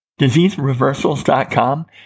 DiseaseReversals.com